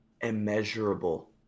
immeasurable